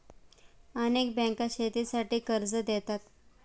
अनेक बँका शेतीसाठी कर्ज देतात